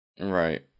Right